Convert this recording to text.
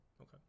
okay